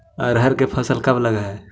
अरहर के फसल कब लग है?